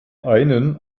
einen